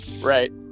Right